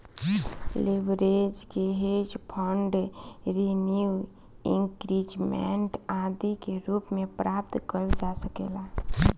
leverage के hedge fund renew increment आदि के रूप में प्राप्त कईल जा सकेला